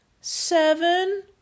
seven